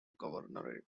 governorate